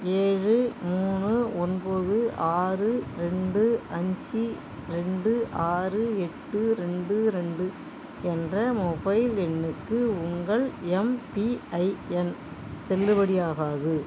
ஏழு மூணு ஒன்பது ஆறு ரெண்டு அஞ்சு ரெண்டு ஆறு எட்டு ரெண்டு ரெண்டு என்ற மொபைல் எண்ணுக்கு உங்கள் எம்பிஐஎன் செல்லுபடியாகாது